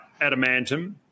Adamantum